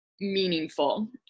meaningful